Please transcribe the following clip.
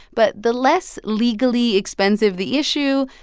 but the less legally expensive the issue,